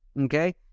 okay